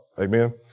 Amen